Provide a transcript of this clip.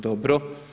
Dobro.